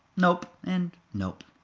nope and nope.